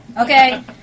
Okay